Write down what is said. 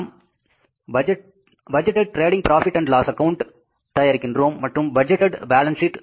நாம் budgeted trading profit and loss account தயாரிக்கிறோம் மற்றும் பட்ஜெடட் பாலன்ஸ் சீட்